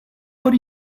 where